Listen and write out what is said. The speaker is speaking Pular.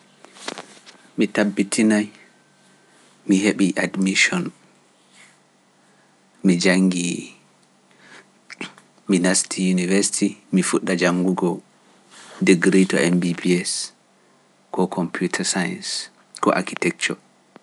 Goɗɗo feere waɗi kuugal keccal kuugal semtini ngal nde mbo mooyiɗa goɗɗo anda mooyiɗa goɗɗo nana gambo majum mo laatoto imo waɗa kappa kappa to mo natti yimɓe to mo volay mo heɓtayno mo watta ka volirgo